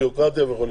בירוקרטיה וכו'.